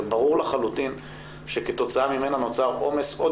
הרי ברור שכתוצאה ממנה נוצר עומס עוד